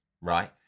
right